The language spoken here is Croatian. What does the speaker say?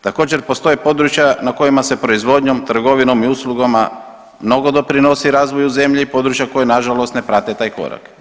Također postoje područja na kojima se proizvodnjom, trgovinom i uslugama mnogo doprinosi razvoju zemlje i područja koje nažalost ne prate taj korak.